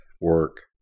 work